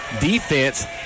Defense